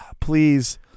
Please